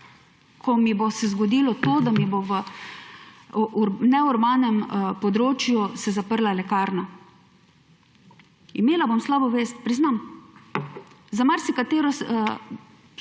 se mi bo zgodilo to, da se bo v neurbanem področju zaprla lekarna, imela bom slabo vest, priznam. Za marsikatero